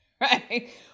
Right